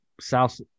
South